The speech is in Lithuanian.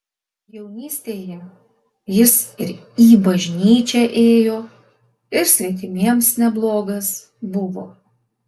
jaunystėje jis ir į bažnyčią ėjo ir svetimiems neblogas buvo